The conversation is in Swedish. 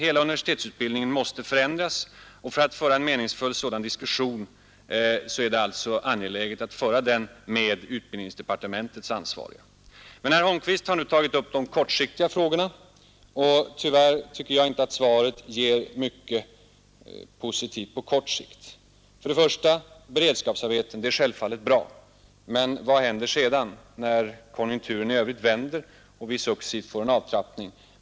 Hela universitetsutbildningen måste förändras. För att diskussionen härom skall bli meningsfull är det angeläget att den förs med utbildningsdepartementets ansvariga. Herr Holmqvist har nu tagit upp de kortsiktiga frågorna, och tyvärr ger inte svaret mycket positivt på kort sikt. Beredskapsarbeten är självfallet bra, men vad händer sedan, när konjunkturerna vänder och vi successivt får en avtrappning?